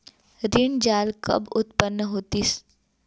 ऋण जाल कब उत्पन्न होतिस?